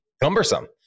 cumbersome